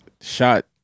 shot